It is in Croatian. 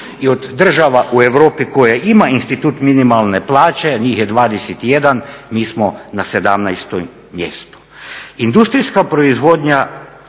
I od država u Europi koje imaju institut minimalne plaće, njih je 21, mi smo na 17. mjestu.